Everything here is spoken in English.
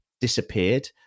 disappeared